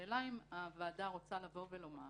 השאלה אם הוועדה רוצה לבוא ולומר